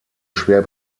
schwer